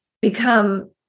become